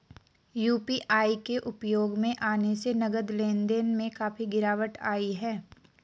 UPI के उपयोग में आने से नगद लेन देन में काफी गिरावट आई हैं